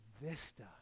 Vista